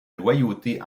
loyauté